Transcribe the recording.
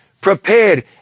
prepared